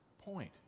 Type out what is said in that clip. point